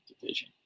division